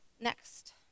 next